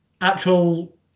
actual